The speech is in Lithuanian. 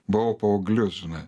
buvau paaugliu žinai